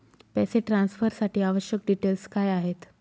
पैसे ट्रान्सफरसाठी आवश्यक डिटेल्स काय आहेत?